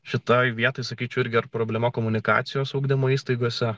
šitai vietai sakyčiau irgi ar problema komunikacijos ugdymo įstaigose